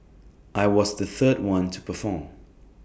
I was the third one to perform